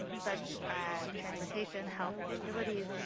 such as transportation, health, utilities,